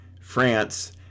France